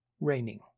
Raining